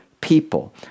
people